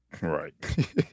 Right